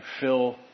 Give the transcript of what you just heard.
fill